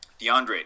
DeAndre